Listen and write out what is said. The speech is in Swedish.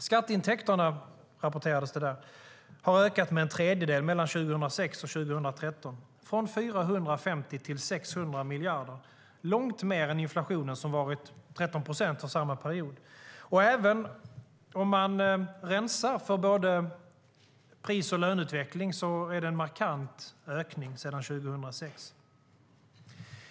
Skatteintäkterna, rapporterades det där, har ökat med en tredjedel mellan 2006 och 2013, från 450 till 600 miljarder. Det är långt mer än inflationen, som varit 13 procent under samma period. Även om man rensar för både pris och löneutveckling är det en markant ökning sedan 2006.